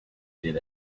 did